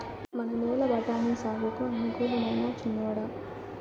మన నేల బఠాని సాగుకు అనుకూలమైనా చిన్నోడా